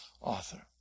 author